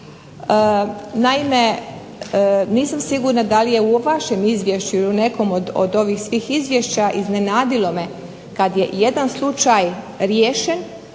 Naime, nisam sigurna da li je u vašem izvješću ili u nekom od ovih svih izvješća iznenadilo me kad je jedan slučaj riješen